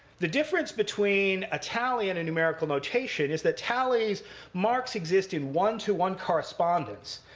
the difference between a tally and numerical notation is that tallies marks exist in one to one correspondence.